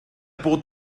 bod